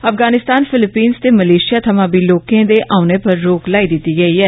Afghanistan Philippines ते Malaysia थमां बी लोकें दे औने पर रोक लाई दिती गेई ऐ